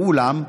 ואולם,